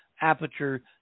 aperture